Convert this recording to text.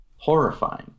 Horrifying